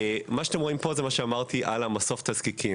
מה שאתם רואים פה זה מה שאמרתי על מסוף התזקיקים.